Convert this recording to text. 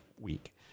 week